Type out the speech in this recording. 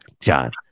John